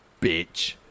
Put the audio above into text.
bitch